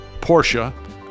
Porsche